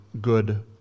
good